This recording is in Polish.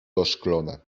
oszklone